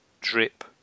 drip